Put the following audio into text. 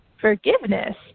forgiveness